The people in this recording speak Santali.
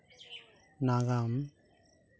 ᱱᱟᱜᱟᱢ